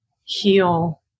heal